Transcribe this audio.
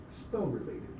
spell-related